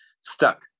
stuck